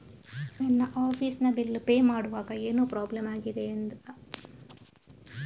ನನ್ನ ಆಫೀಸ್ ನ bill pay ಮಾಡ್ವಾಗ ಏನೋ ಪ್ರಾಬ್ಲಮ್ ಆಗಿದೆ ಅದು ಏನಿರಬಹುದು ಅಂತ ಹೇಳ್ತೀರಾ?